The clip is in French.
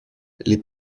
les